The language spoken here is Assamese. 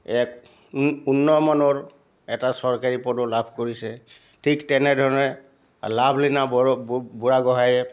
এক উ উন্ন মানৰ এটা চৰকাৰী পদো লাভ কৰিছে ঠিক তেনেধৰণে লাভলীনা বৰা বুঢ়াগোহাঁয়ে